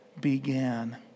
began